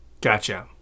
Gotcha